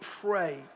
pray